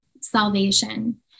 salvation